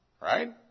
right